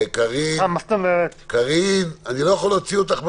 קארין, אני לא יכול להוציא אותך מהדיון,